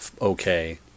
okay